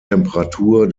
temperatur